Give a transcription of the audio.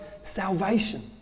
salvation